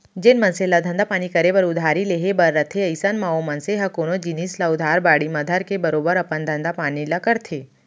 जेन मनसे ल धंधा पानी करे बर उधारी लेहे बर रथे अइसन म ओ मनसे ह कोनो जिनिस ल उधार बाड़ी म धरके बरोबर अपन धंधा पानी ल करथे